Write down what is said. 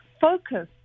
focus